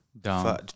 down